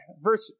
verse